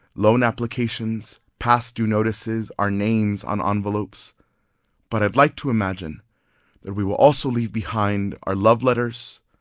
loan applications, past due notices, our names on envelopes but i'd like to imagine that we will also leave behind our love letters,